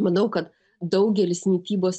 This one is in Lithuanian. manau kad daugelis mitybos